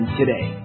today